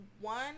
one